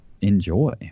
enjoy